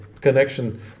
connection